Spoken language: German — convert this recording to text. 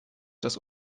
dass